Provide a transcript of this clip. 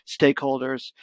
stakeholders